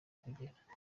kugera